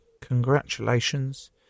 Congratulations